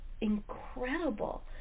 incredible